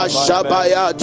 Ashabaya